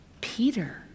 Peter